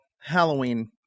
Halloween